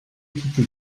kitty